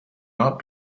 not